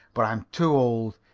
but i'm too old.